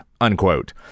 unquote